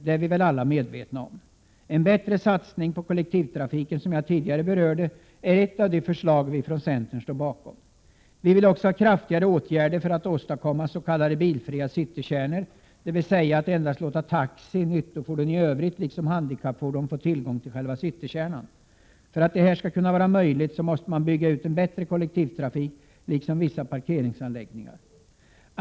En ökad satsning på kollektivtrafiken, som jag tidigare berörde, är ett av de förslag vi från centern står bakom. Vi vill också ha kraftigare åtgärder för att åstadkomma s.k. bilfria citykärnor, dvs. vi vill låta endast taxi, nyttofordon i övrigt liksom handikappfordon få tillgång till själva citykärnan. För att detta skall kunna vara möjligt måste kollektivtrafiken byggas ut mer liksom vissa parkeringsanläggningar.